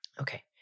Okay